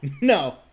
no